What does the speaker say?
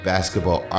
basketball